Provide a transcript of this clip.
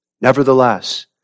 Nevertheless